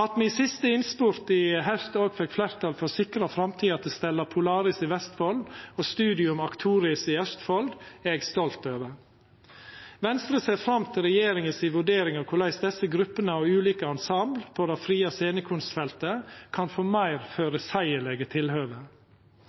At me i siste innspurt i haust òg fekk fleirtal for å sikra framtida til Stella Polaris i Vestfold og Studium Actoris i Østfold, er eg stolt over. Venstre ser fram til regjeringa si vurdering av korleis desse gruppene av ulike ensemble på det frie scenekunstfeltet kan få meir